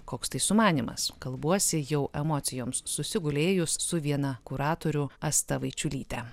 koks tai sumanymas kalbuosi jau emocijoms susigulėjus su viena kuratorių asta vaičiulyte